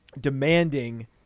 demanding